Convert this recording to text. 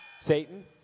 Satan